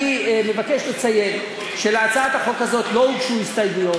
אני מבקש לציין שלהצעת החוק הזאת לא הוגשו הסתייגויות.